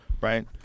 Right